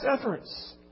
efforts